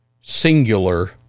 singular